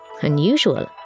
unusual